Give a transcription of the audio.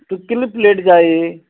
तुक कितलें प्लेट जाय